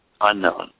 unknown